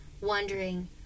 wondering